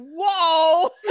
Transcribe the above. Whoa